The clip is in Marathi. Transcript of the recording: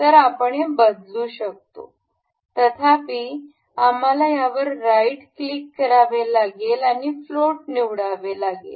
तर आपण हे बदलू शकतो तथापि आम्हाला यावर राइट क्लिक करावे लागेल आणि फ्लोट निवडावे लागेल